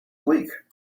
week